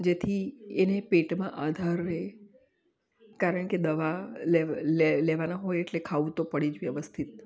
જેથી એને પેટમાં આધાર રે કારણ કે દવા લેવ લેવ લેવાના હોય એટલે ખાવું તો પડે જ વ્યવસ્થિત